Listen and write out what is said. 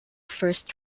first